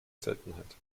seltenheit